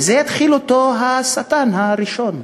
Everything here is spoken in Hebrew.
ואת זה התחיל השטן הראשון.